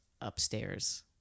upstairs